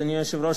אדוני היושב-ראש,